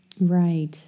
Right